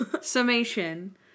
summation